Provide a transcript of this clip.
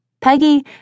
Peggy